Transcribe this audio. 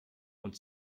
und